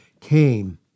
came